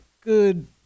good –